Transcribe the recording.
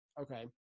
Okay